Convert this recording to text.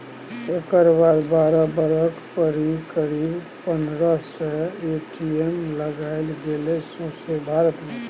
तकर बाद बारह बरख धरि करीब पनरह सय ए.टी.एम लगाएल गेलै सौंसे भारत मे